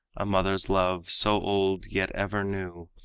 a mother's love so old yet ever new,